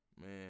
Man